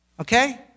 okay